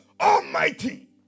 almighty